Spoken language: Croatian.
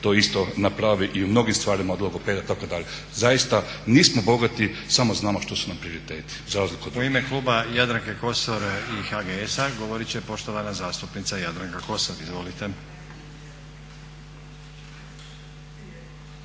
to isto napravi i u mnogim stvarima od logopeda itd…. Zaista nismo bogati, samo znamo što su nam prioriteti,